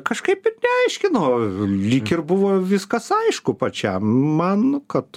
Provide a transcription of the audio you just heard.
kažkaip ir neaiškino lyg ir buvo viskas aišku pačiam man kad